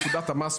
פקודת המס,